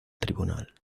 tribunal